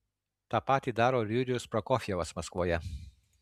tą patį daro ir jurijus prokofjevas maskvoje